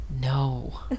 no